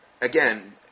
again